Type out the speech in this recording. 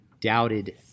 doubted